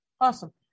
awesome